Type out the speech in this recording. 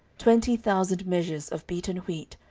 twenty thousand measures of beaten wheat,